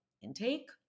intake